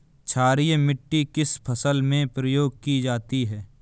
क्षारीय मिट्टी किस फसल में प्रयोग की जाती है?